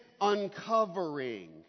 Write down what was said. uncovering